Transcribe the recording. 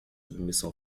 submissão